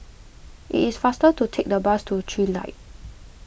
it is faster to take the bus to Trilight